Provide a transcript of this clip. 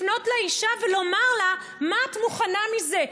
לפנות לאישה ולומר לה: מה את מוכנה מזה,